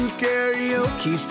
karaoke